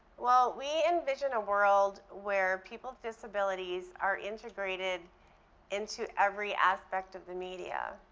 well, we envision a world where people's disabilities are integrated into every aspect of the media.